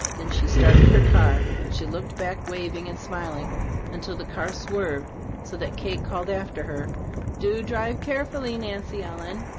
then she started her car but she looked back, waving and smiling until the car swerved so that kate called after her do drive carefully, nancy ellen!